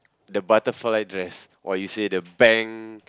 the butterfly dress what you say the bang